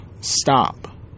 stop